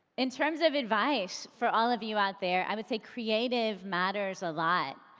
in terms of advice for all of you out there, i would say creative matters a lot.